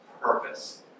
purpose